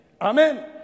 Amen